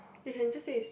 you can just say is